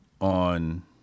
on